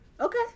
okay